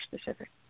specific